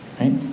right